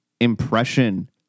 impression